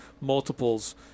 multiples